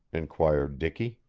inquired dicky.